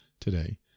today